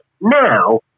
now